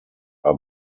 are